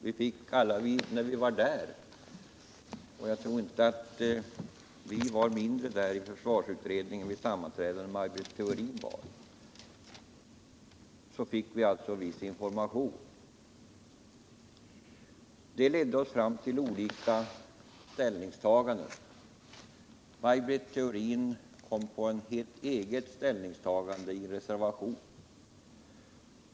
Vi fick alla i utredningen — jag tror inte att vi var närvarande vid försvarsutredningens sammanträden i mindre utsträckning än Maj Britt Theorin — viss information. Det ledde oss fram till olika ställningstaganden. Maj Britt Theorin hamnade på en helt egen linje i en reservation.